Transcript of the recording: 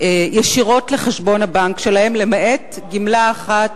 ישירות לחשבון הבנק שלהם, למעט גמלה אחת,